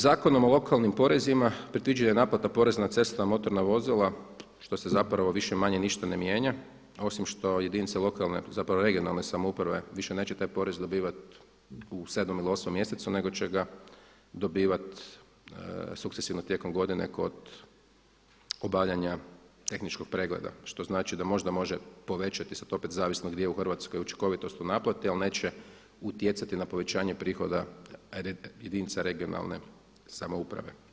Zakonom o lokalnim porezima predviđena je naplata porez na cestovna motorna vozila, što se zapravo više-manje ništa ne mijenja osim što jedinice regionalne samouprave više neće taj porez dobivati u 7. ili 8. mjesecu nego će ga dobivati sukcesivno tijekom godine kod obavljanja tehničkog pregleda, što znači da možda može povećati sada opet zavisno gdje u Hrvatskoj je učinkovitost u naplati, ali neće utjecati na povećanje prihoda jedinica regionalne samouprave.